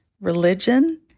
religion